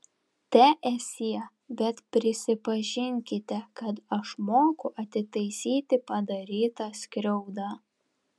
teesie bet prisipažinkite kad aš moku atitaisyti padarytą skriaudą